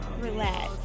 relax